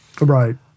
Right